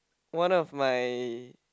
one of my